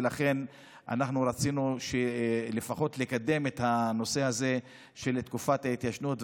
ולכן רצינו לפחות לקדם את הנושא הזה של תקופת ההתיישנות,